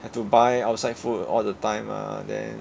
have to buy outside food all the time ah then